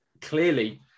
Clearly